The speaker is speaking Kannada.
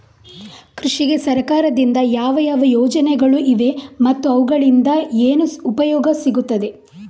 ಕೃಷಿಗೆ ಸರಕಾರದಿಂದ ಯಾವ ಯಾವ ಯೋಜನೆಗಳು ಇವೆ ಮತ್ತು ಅವುಗಳಿಂದ ಏನು ಉಪಯೋಗ ಸಿಗುತ್ತದೆ?